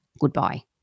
Goodbye